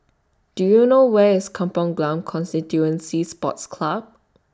Do YOU know Where IS Kampong Glam Constituency Sports Club